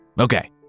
Okay